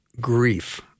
grief